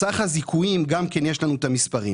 סך הזיכויים גם כן יש לנו את המספרים,